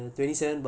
mmhmm